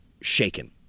shaken